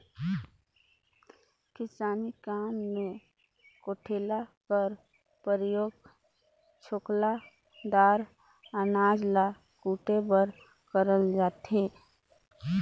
किसानी काम मे कुटेला कर परियोग छोकला दार अनाज ल कुटे बर करल जाथे